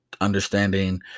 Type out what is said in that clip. understanding